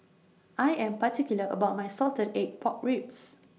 I Am particular about My Salted Egg Pork Ribs